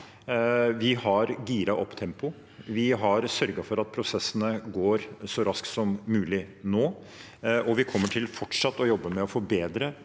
Vi har giret opp tempoet. Vi har sørget for at prosessene nå går så raskt som mulig, og vi kommer til fortsatt å jobbe med å få bedre